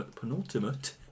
penultimate